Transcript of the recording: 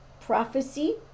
prophecy